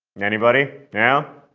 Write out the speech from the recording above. and anybody? yeah?